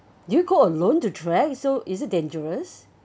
you go alone to trek so is it dangerous